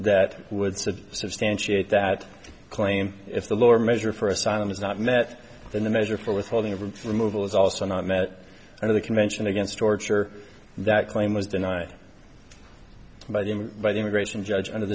that would sort of substantiate that claim if the lower measure for asylum is not met than the measure for withholding of removal is also not met of the convention against torture that claim was denied by him by the immigration judge under